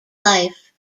life